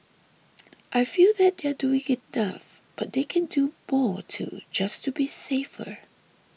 I feel that they are doing enough but they can do more too just to be safer